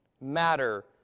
matter